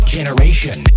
Generation